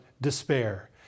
despair